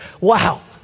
Wow